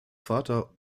vater